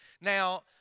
Now